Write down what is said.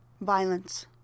Violence